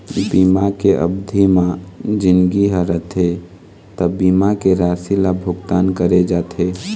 बीमा के अबधि म जिनगी ह रथे त बीमा के राशि ल भुगतान करे जाथे